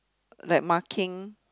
like marking